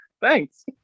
thanks